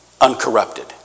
uncorrupted